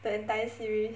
the entire series